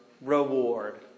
reward